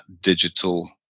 digital